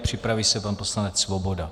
Připraví se pan poslanec Svoboda.